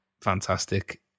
fantastic